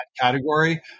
category